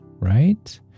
right